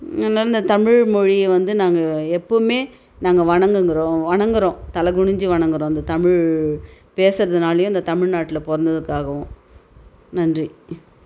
அதனால இந்த தமிழ்மொழியை வந்து நாங்கள் எப்போவுமே நாங்கள் வணங்குங்குறோம் வணங்குறோம் தலை குனிஞ்சு வணங்குறோம் இந்த தமிழ் பேசுறதுனாலேயும் இந்த தமிழ்நாட்டில் பிறந்ததுக்காகவும் நன்றி